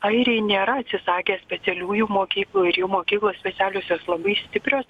airiai nėra atsisakę specialiųjų mokyklų ir jų mokyklos specialiosios labai stiprios